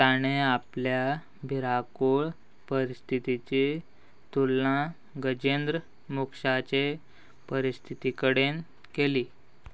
ताणें आपल्या भिराकूळ परिस्थितीची तुलना गजेंद्र मुक्षाचे परिस्थिती कडेन केली